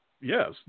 Yes